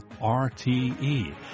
RTE